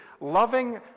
loving